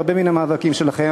בהרבה מן המאבקים שלכם,